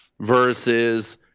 versus